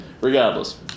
regardless